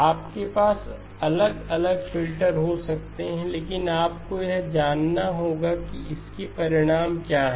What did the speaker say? आपके पास अलग अलग फ़िल्टर हो सकते हैं लेकिन आपको यह जानना होगा कि इसके परिणाम क्या हैं